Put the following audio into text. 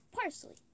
parsley